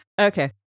Okay